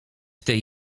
tej